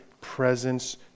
presence